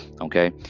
Okay